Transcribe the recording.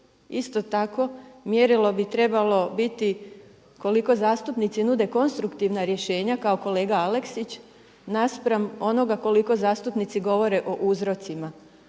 Isto tako mjerilo bi trebalo biti koliko zastupnici nude konstruktivna rješenja kao kolega Aleksić naspram onoga koliko zastupnici govore o uzrocima.